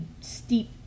steep